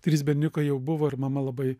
trys berniukai jau buvo ir mama labai